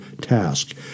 task